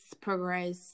progress